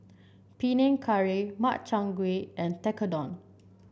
Panang Curry Makchang Gui and Tekkadon